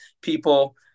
people